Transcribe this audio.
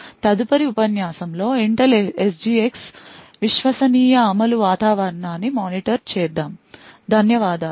తదుపరి ఉపన్యాసంలో Intel SGX విశ్వసనీయ అమలు వాతావరణాన్ని మానిటర్ చేద్దాం ధన్యవాదాలు